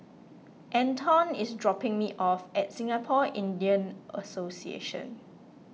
Anton is dropping me off at Singapore Indian Association